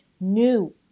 new